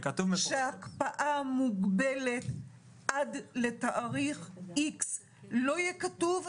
שההקפאה מוגבלת עד לתאריך X. אם לא יהיה כתוב,